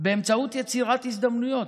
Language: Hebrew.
באמצעות יצירת הזדמנויות.